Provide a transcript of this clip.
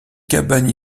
cabane